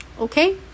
Okay